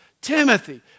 Timothy